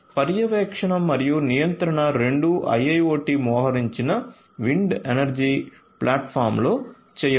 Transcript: పర్యవేక్షణ మరియు నియంత్రణ రెండూ IIoT మోహరించిన విండ్ ఎనర్జీ ప్లాట్ఫామ్లో చేయవచ్చు